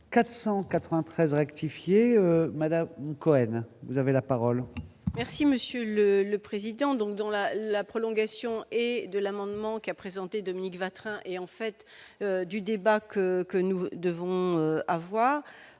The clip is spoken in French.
493 rectifier Madame Cohen, vous avez la parole. Merci Monsieur le le président donc dans la la prolongation et de l'amendement qui a présenté Dominique Vatrin et on fait du débat que que nous devons avoir,